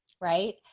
right